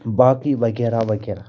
باقٕے وغیرہ وغیرہ